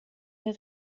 der